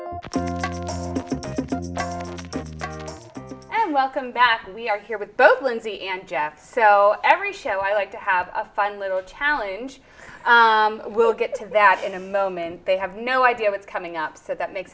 and welcome back we are here with both lindsay and jeff so every show i like to have a fun little challenge we'll get to that in a moment they have no idea what's coming up so that makes